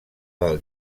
del